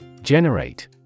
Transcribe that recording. Generate